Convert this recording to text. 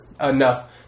enough